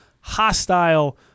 hostile